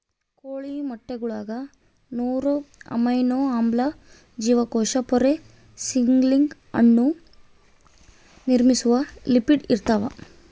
ಕೋಳಿ ಮೊಟ್ಟೆಗುಳಾಗ ನಾರು ಅಮೈನೋ ಆಮ್ಲ ಜೀವಕೋಶ ಪೊರೆ ಸಿಗ್ನಲಿಂಗ್ ಅಣು ನಿರ್ಮಿಸುವ ಲಿಪಿಡ್ ಇರ್ತಾವ